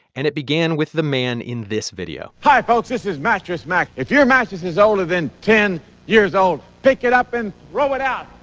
and it began with the man in this video hi folks. this is mattress mack. if your mattress is older than ten years old, pick it up and throw it out.